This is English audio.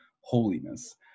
holiness